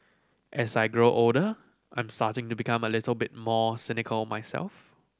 as I grow older I'm starting to become a little bit more cynical myself